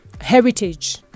heritage